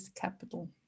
capital